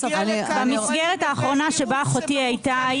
במסגרת האחרונה שאחותי הייתה בה,